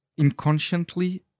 inconsciently